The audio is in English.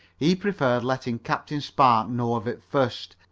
he preferred letting captain spark know of it first,